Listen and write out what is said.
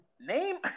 name